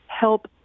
help